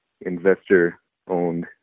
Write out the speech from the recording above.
investor-owned